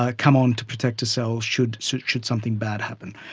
ah come on to protect a cell should so should something bad happen.